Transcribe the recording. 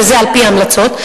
וזה על-פי ההמלצות,